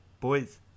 boys